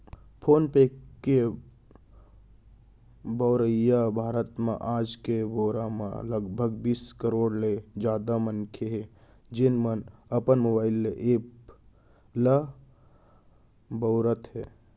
phone पे के बउरइया भारत म आज के बेरा म लगभग बीस करोड़ ले जादा मनसे हें, जेन मन अपन मोबाइल ले ए एप ल बउरत हें